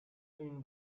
une